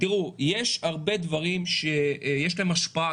יש הרבה דברים שיש להם השפעה,